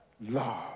love